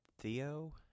Theo